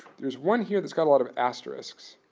there's one here that's got a lot of asterisks